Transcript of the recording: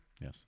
Yes